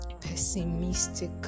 pessimistic